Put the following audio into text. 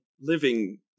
living